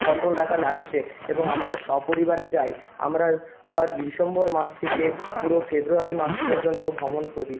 কত টাকা লাগছে এবং আমদা যদি সপরিবারে যাই আমরা ডিসেম্বর মাস থেকে পুরো ফেব্রুয়ারি মাছ পর্যন্ত ভ্রমণ করি